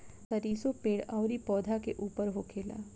सरीसो पेड़ अउरी पौधा के ऊपर होखेला